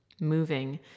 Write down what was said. moving